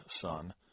son